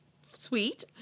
sweet